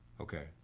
Okay